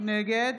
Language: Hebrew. נגד